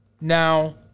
Now